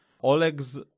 Oleg's